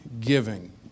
giving